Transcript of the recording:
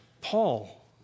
Paul